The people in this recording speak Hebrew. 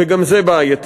וגם זה בעייתי.